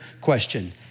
question